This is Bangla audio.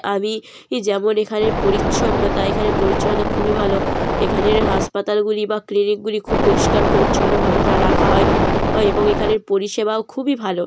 আমি যেমন এখানে পরিচ্ছন্নতা এখানের পরিচ্ছন্নতা খুবই ভালো এখানের হাসপাতালগুলি বা ক্লিনিকগুলি খুব পরিস্কার পরিচ্ছন্নভাবে থা রাখা হয় অয় এবং এখানের পরিষেবাও খুবই ভালো